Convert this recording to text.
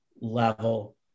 level